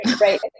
Right